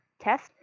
test